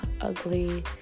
ugly